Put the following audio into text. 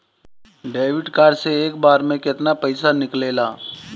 Debit card से एक बार मे केतना पैसा निकले ला?